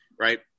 right